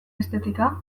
estetika